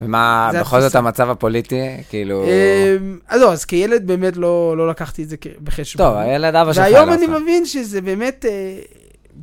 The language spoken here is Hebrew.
ומה, בכל זאת המצב הפוליטי, כאילו... אז לא, אז כילד באמת לא לקחתי את זה בחשבון. טוב, הילד אבא שלך... והיום אני מבין שזה באמת...